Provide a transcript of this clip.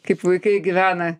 kaip vaikai gyvena